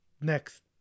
Next